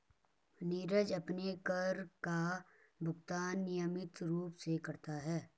नीरज अपने कर का भुगतान नियमित रूप से करता है